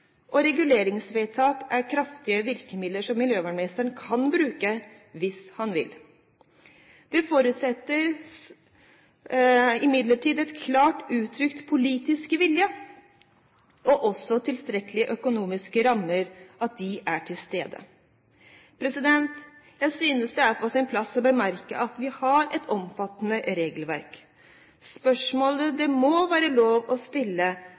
Og reguleringsvedtak er kraftige virkemidler som miljøvernministeren kan bruke hvis han vil. Det forutsetter imidlertid en klar uttrykt politisk vilje og også at tilstrekkelige økonomiske rammer er til stede. Jeg synes det er på sin plass å bemerke at vi har et omfattende regelverk. Spørsmålet det må være lov å stille,